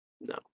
No